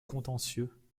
contentieux